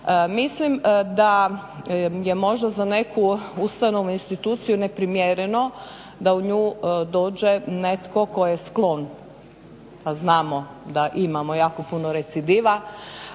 Mislim da je možda za neku ustanovu, instituciju neprimjereno da u nju dođe netko tko je sklon, a znamo da imamo jako puno recidiva,